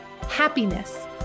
Happiness